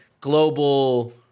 global